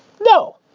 No